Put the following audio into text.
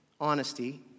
Honesty